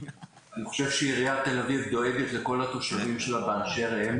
אני חושב שעירית תל אביב דואגת לכל התושבים שלה באשר הם.